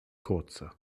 kurze